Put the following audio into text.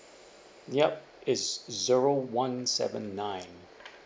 ya it's zero one seven nine